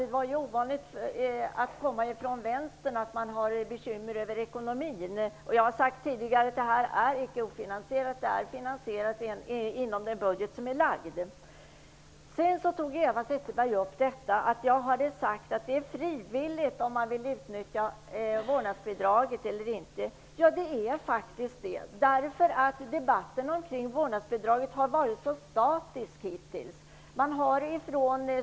Det var ovanligt att höra att någon från vänstern har bekymmer med ekonomin. Jag har tidigare sagt att vårdnadsbidraget icke är ofinansierat utan att det är finansierat inom den budget som har lagts fram. Eva Zetterberg nämnde också att jag hade sagt att det är frivilligt om man vill utnyttja vårdnadsbidraget eller inte. Det är faktiskt det. Debatten omkring vårdnadsbidraget har hittills varit så statisk.